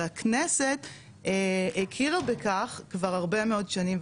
והכנסת הכירה בכך כבר הרבה מאוד שנים.